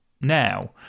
now